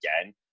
again